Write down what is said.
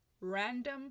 random